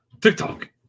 TikTok